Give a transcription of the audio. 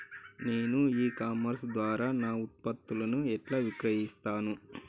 నేను e commerce ద్వారా నా ఉత్పత్తులను ఎట్లా విక్రయిత్తను?